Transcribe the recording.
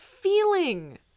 feeling